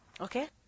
Okay